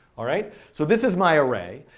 alright? so this is my array,